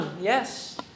yes